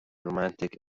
romantic